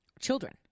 children